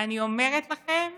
ואני אומרת לכם